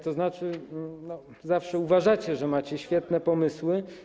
To znaczy zawsze uważacie, że macie świetne pomysły.